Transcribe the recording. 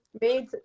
made